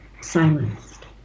silenced